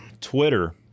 twitter